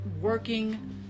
working